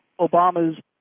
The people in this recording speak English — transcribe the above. Obama's